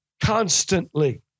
constantly